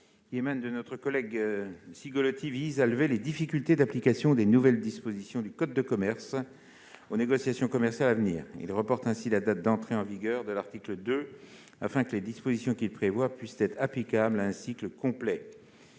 de notre collègue Olivier Cigolotti, vise à lever les difficultés d'application des nouvelles dispositions du code de commerce aux négociations commerciales à venir. Il reporte ainsi la date d'entrée en vigueur de l'article 2, afin que les dispositions prévues par cet article puissent être applicables à un cycle complet